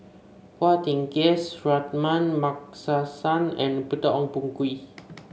Phua Thin Kiay Suratman Markasan and Peter Ong Boon Kwee